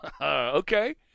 Okay